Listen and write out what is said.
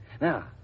Now